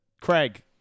Craig